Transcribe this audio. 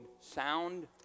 sound